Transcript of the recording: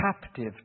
captive